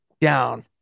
down